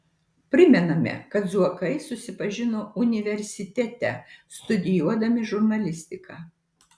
primename kad zuokai susipažino universitete studijuodami žurnalistiką